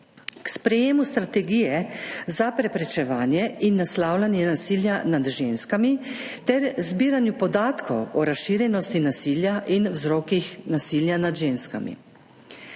k sprejetju strategije za preprečevanje in naslavljanje nasilja nad ženskami ter zbiranju podatkov o razširjenosti nasilja in vzrokih nasilja nad ženskami.